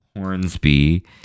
Hornsby